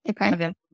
Okay